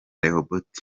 rehoboth